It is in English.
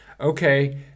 okay